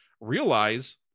realize